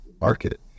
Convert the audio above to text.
market